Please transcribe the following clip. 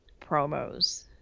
promos